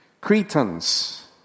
Cretans